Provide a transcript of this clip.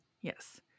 Yes